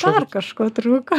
dar kažko trūko